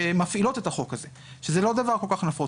שמפעילות את החוק הזה, שזה לא דבר כל כך נפוץ.